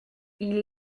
ils